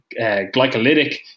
glycolytic